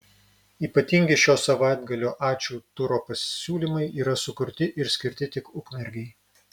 ypatingi šio savaitgalio ačiū turo pasiūlymai yra sukurti ir skirti tik ukmergei